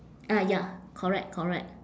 ah ya correct correct